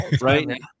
Right